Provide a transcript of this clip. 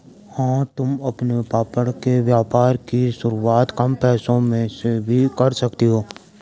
हाँ तुम अपने पापड़ के व्यापार की शुरुआत कम पैसों से भी कर सकती हो